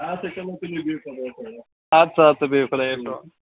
اَدٕ سا اَدٕ سا بِہِو خۄدایس حَوال